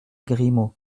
grimaud